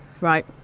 Right